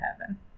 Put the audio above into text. heaven